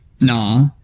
Nah